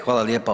Hvala lijepo.